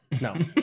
No